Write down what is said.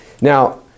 Now